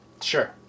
sure